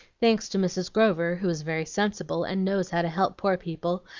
thanks to mrs. grover, who is very sensible, and knows how to help poor people,